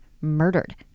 murdered